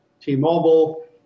T-Mobile